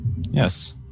Yes